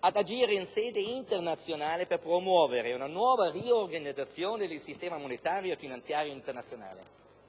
ad agire in sede internazionale per promuovere una nuova riorganizzazione del sistema monetario e finanziario internazionale,